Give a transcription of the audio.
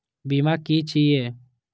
बीमा की छी ये?